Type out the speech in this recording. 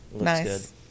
Nice